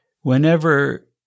Whenever